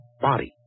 body